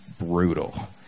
brutal